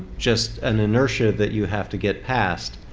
just an inertia that you have to get past.